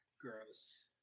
Gross